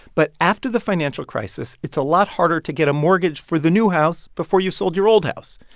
but after the financial crisis, it's a lot harder to get a mortgage for the new house before you've sold your old house.